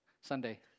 Sunday